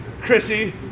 Chrissy